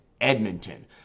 Edmonton